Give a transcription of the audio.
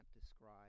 describe